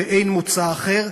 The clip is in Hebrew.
ואין מוצא אחר.